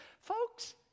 Folks